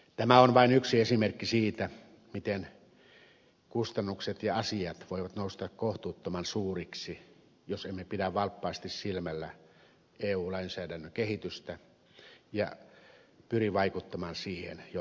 tämä on vain yksi esimerkki siitä miten kustannukset ja asiat voivat nousta kohtuuttoman suuriksi jos emme pidä valppaasti silmällä eu lainsäädännön kehitystä ja pyri vaikuttamaan siihen jo alkuvaiheessa